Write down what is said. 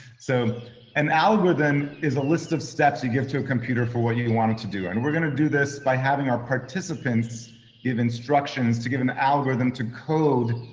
so an algorithm is a list of steps you give to a computer for what you you want it to do. and we're gonna do this by having our participants give instructions to give an algorithm to code